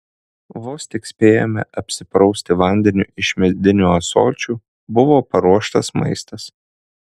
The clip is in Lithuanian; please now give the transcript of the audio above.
vos tik spėjome apsiprausti vandeniu iš medinių ąsočių buvo paruoštas maistas